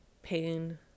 pain